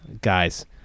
Guys